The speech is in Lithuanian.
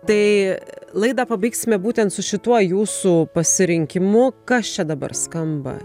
tai laidą pabaigsime būtent su šituo jūsų pasirinkimu kas čia dabar skamba